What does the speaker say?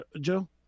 Joe